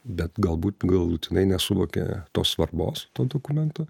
bet galbūt galutinai nesuvokia to svarbos to dokumento